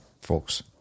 folks